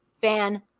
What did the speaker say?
fan